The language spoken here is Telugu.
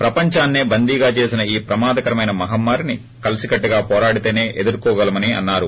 ప్రపందాన్సే బందీగా చేసిన ఈ ప్రమాదకరమైన మహమ్మారిని కలిసికట్టుగా పోరాడితేసే ఎదుర్చోగలమని అన్నారు